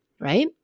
right